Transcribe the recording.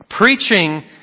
Preaching